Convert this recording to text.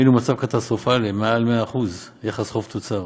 היינו במצב קטסטרופלי, מעל 100% יחס חוב תוצר